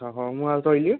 ହଉ ମୁଁ ଆଉ ରହିଲି